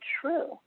true